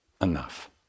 enough